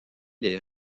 les